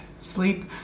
sleep